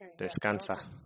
Descansa